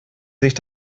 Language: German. sich